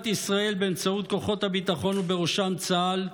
באמצעות כוחות הביטחון, ובראשם צה"ל,